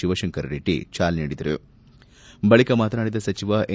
ಶಿವಶಂಕರರೆಡ್ಡಿ ಚಾಲನೆ ನೀಡಿದರು ಬಳಿಕ ಮಾತನಾಡಿದ ಸಚಿವ ಎನ್